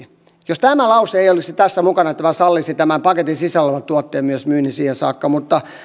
jos tämä ei olisi tässä mukana tämä sallisi myös tämän paketin sisällä olevan tuotteen myynnin siihen saakka mutta